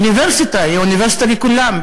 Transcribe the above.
אוניברסיטה היא אוניברסיטה לכולם,